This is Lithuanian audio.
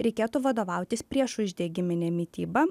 reikėtų vadovautis priešuždegimine mityba